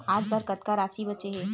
आज बर कतका राशि बचे हे?